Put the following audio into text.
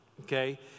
okay